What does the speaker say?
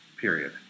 period